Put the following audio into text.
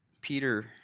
Peter